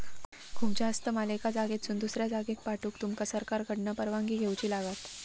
खूप जास्त माल एका जागेसून दुसऱ्या जागेक पाठवूक तुमका सरकारकडना परवानगी घेऊची लागात